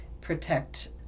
protect